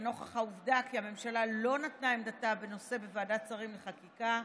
ונוכח העובדה כי הממשלה לא נתנה את עמדתה בנושא בוועדת שרים לחקיקה,